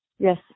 Yes